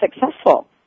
successful